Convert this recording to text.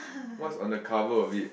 what's on the cover of it